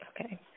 Okay